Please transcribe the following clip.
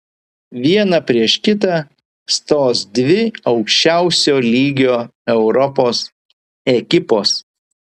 viena prieš kitą stos dvi aukščiausio lygio europos ekipos